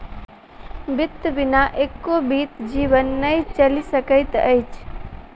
वित्त बिना एको बीत जीवन नै चलि सकैत अछि